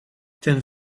ten